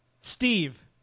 Steve